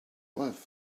live